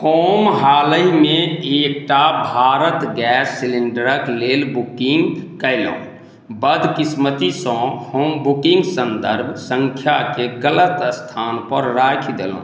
हम हालहिमे एकटा भारत गैस सिलिण्डरक लेल बुकिंग कयलहुॅं बदकिस्मती सँ हम बुकिंग सन्दर्भ सङ्ख्याके गलत स्थानपर राखि देलहुॅं